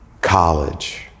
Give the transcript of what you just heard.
college